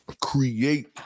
create